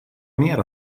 mer